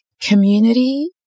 community